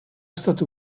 estat